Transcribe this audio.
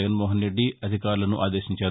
జగన్మోహన్ రెడ్డి అధికారులను ఆదేశించారు